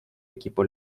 equipo